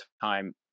time